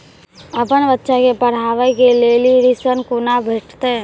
अपन बच्चा के पढाबै के लेल ऋण कुना भेंटते?